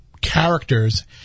characters